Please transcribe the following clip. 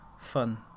fun